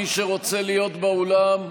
מי שרוצה להיות באולם.